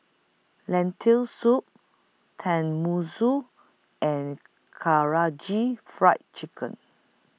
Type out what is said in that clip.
Lentil Soup Tenmusu and Karaage Fried Chicken